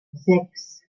sechs